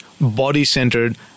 body-centered